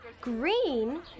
Green